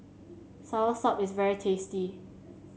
soursop is very tasty